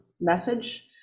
message